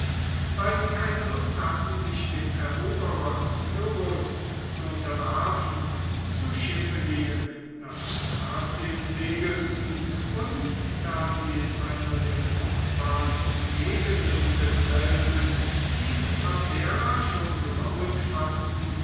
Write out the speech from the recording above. weil sie keine lust hatten sich dem eroberer cyrus zu unterwerfen zu schiffe gingen nach thracien segelten und da sie in einer der fruchtbarsten gegenden desselben dieses abdera schon gebauet fanden